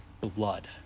blood